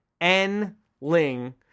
N-Ling